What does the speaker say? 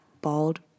bald